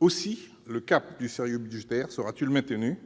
Aussi le cap du sérieux budgétaire sera-t-il maintenu en